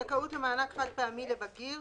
3 זכאות למענק חד-פעמי לבגיר.